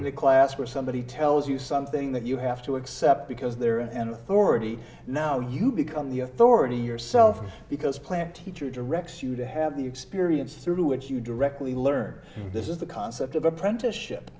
to class for somebody tells you something that you have to accept because they're an authority now you become the authority yourself because plan teacher directs you to have the experience through which you directly learn this is the concept of apprenticeship